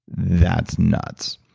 that's nuts.